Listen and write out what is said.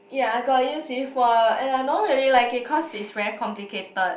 ya I got use before and I don't really like it cause it's very complicated